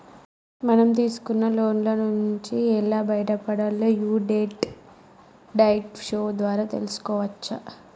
మనం తీసుకున్న లోన్ల నుంచి ఎలా బయటపడాలో యీ డెట్ డైట్ షో ద్వారా తెల్సుకోవచ్చు